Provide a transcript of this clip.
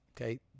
okay